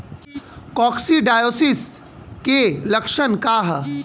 Coccidiosis के लक्षण का ह?